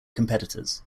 competitors